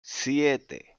siete